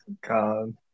God